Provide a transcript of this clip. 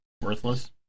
worthless